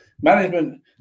management